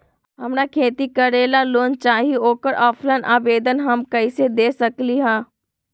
हमरा खेती करेला लोन चाहि ओकर ऑफलाइन आवेदन हम कईसे दे सकलि ह?